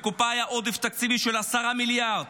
בקופה היה עודף תקציבי של 10 מיליארד,